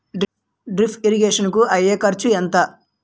Drip irrigation కూ అయ్యే ఖర్చు ఎంత?